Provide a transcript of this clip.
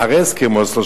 זה אחרי הסכם אוסלו,